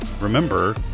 remember